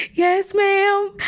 yes, ma'am.